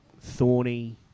Thorny